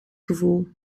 gevoel